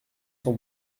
sans